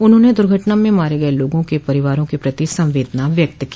उन्होंने दुर्घटना में मारे गए लोगों के परिवारों के प्रति संवेदना व्यक्त की